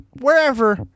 wherever